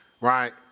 right